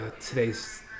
Today's